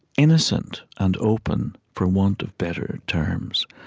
innocent and open, for want of better terms,